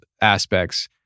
aspects